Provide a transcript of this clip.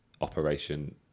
operation